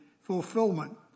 fulfillment